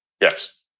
Yes